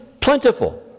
plentiful